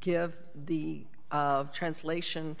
give the translation